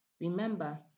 Remember